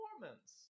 performance